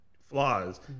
flaws